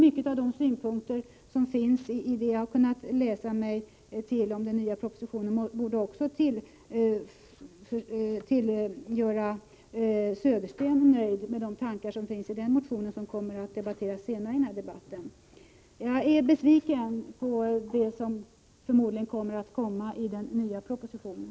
Många av de synpunkter som finns i det som jag har kunnat läsa mig till om den nya propositionen borde också göra Södersten nöjd, att döma av de tankar som finns i hans motion och som kommer att diskuteras senare i dagens debatt. Jag är besviken på de förslag som enligt vad det förefaller läggs fram i den nya propositionen.